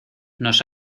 nos